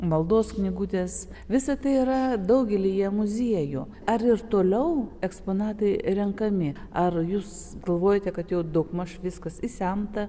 maldos knygutės visa tai yra daugelyje muziejų ar ir toliau eksponatai renkami ar jūs galvojate kad jau daugmaž viskas išsemta